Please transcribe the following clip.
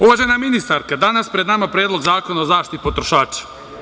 Uvažena ministarka, danas pred nama je Predlog zakona o zaštiti potrošača.